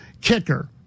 kicker